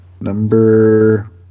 number